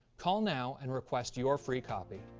call now and request your free copy.